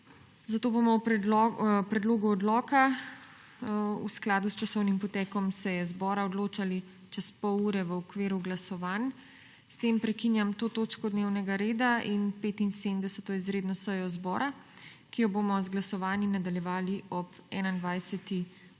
zato bomo o predlogu odloka v skladu z časovnim potekom seje zbora odločali čez pol ure v okviru glasovanj. S tem prekinjam to točko dnevnega reda in 75. izredno sejo odbora, ki jo bomo z glasovanji nadaljevali ob 21.30.